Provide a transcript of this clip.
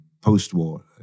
post-war